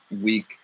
week